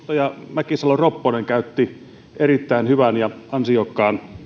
mäkisalo ropponen käytti erittäin hyvän ja ansiokkaan